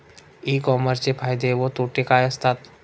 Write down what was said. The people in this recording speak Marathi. ई कॉमर्सचे फायदे व तोटे काय असतात?